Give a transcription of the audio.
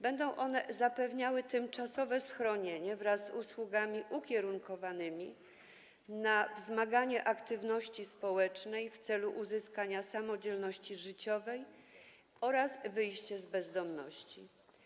Będzie ona zapewniała tymczasowe schronienie wraz z usługami ukierunkowanymi na wzmacnianie aktywności społecznej w celu uzyskania samodzielności życiowej oraz wyjście z bezdomności.